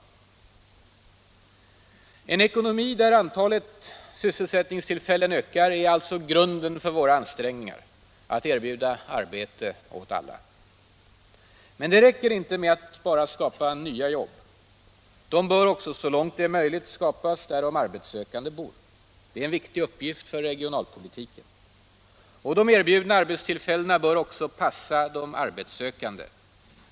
En ekonomi där antalet sysselsättningstillfällen ökar är alltså grunden för våra ansträngningar att erbjuda arbete åt alla. Men det räcker inte med att bara skapa nya jobb. De bör också så långt det är möjligt skapas där de arbetssökande bor. Det är en viktig uppgift för regionalpolitiken. Och de erbjudna arbetstillfällena bör också passa de arbetssökande.